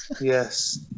Yes